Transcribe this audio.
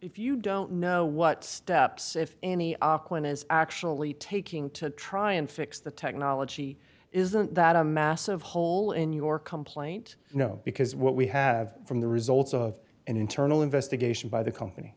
if you don't know what steps if any aqua is actually taking to try and fix the technology isn't that a massive hole in your complaint you know because what we have from the results of an internal investigation by the company